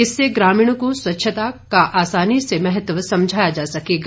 इससे ग्रामीणों को स्वच्छता का आसानी से महत्व समझाया जा सकेगा